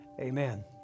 Amen